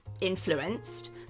influenced